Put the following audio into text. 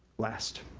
last,